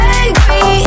angry